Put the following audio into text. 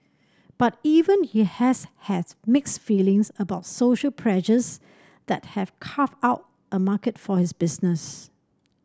but even he has has mixed feelings about social pressures that have carved out a market for his business